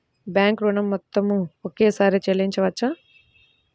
Bank ఋణం మొత్తము ఒకేసారి చెల్లించవచ్చా?